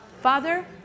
Father